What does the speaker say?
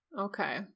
okay